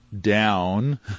down